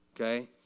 okay